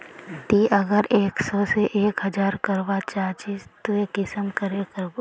ती अगर एक सो से एक हजार करवा चाँ चची ते कुंसम करे करबो?